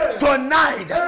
tonight